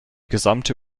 gesamte